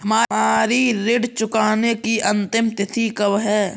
हमारी ऋण चुकाने की अंतिम तिथि कब है?